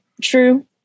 true